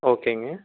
ஓகேங்க